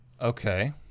Okay